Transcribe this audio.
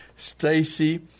Stacy